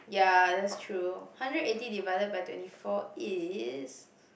ya that's true hundred eighty divided by twenty four is